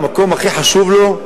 על המקום הכי חשוב לו,